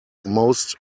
most